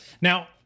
Now